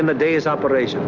in the day's operation